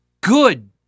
Good